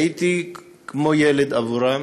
הייתי כמו ילד עבורם,